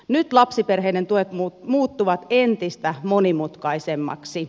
nyt lapsiperheiden tuet muuttuvat entistä monimutkaisemmiksi